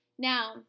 Now